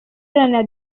iharanira